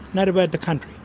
not about the country.